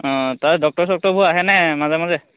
অঁ তাৰ ডক্টৰ চক্টৰবোৰ আহেনে মাজে মাজে